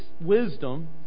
wisdom